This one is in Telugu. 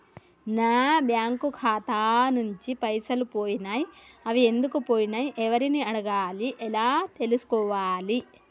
నా బ్యాంకు ఖాతా నుంచి పైసలు పోయినయ్ అవి ఎందుకు పోయినయ్ ఎవరిని అడగాలి ఎలా తెలుసుకోవాలి?